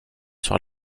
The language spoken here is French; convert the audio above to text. sur